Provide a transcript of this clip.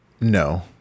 No